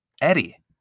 eddie